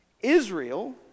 Israel